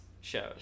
shows